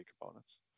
components